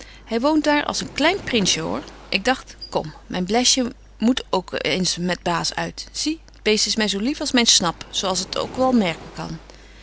hy woont daar als een klein prinsje hoor ik dagt kom myn blesje moet ook eens met baas uit zie t beest is my zo lief als myn snap zo als het ook wel merken kan